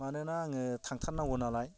मानोना आङो थांथारनांगौ नालाय